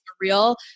real